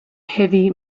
heavy